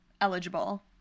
eligible